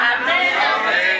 Amen